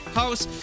house